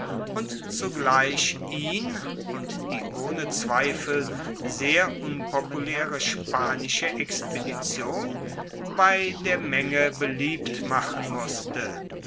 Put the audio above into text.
und zugleich ihn und die ohne zweifel sehr unpopulaere spanische expedition bei der menge beliebt machen musste